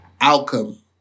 outcome